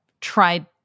tried